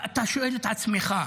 אתה שואל את עצמך: